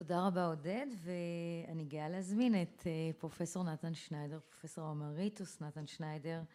תודה רבה עודד ואני גאה להזמין את פרופסור נתן שניידר, פרופסור אמריטוס נתן שניידר